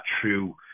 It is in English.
true